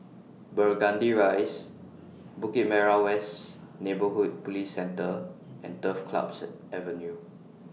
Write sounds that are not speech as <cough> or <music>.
Burgundy Rise Bukit Merah West Neighbourhood Police Centre and Turf Clubs Avenue <noise>